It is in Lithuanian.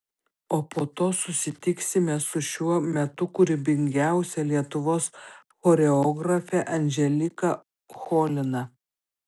o po to susitiksime su šiuo metu kūrybingiausia lietuvos choreografe andželika cholina